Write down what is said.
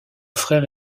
frère